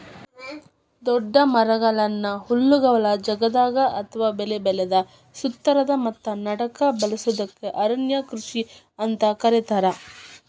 ದೊಡ್ಡ ಮರಗಳನ್ನ ಹುಲ್ಲುಗಾವಲ ಜಗದಾಗ ಅತ್ವಾ ಬೆಳಿ ಬೆಳದ ಸುತ್ತಾರದ ಮತ್ತ ನಡಕ್ಕ ಬೆಳಸೋದಕ್ಕ ಅರಣ್ಯ ಕೃಷಿ ಅಂತ ಕರೇತಾರ